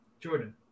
Jordan